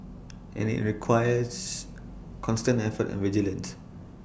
and IT requires constant effort and vigilance